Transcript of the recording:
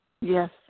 Yes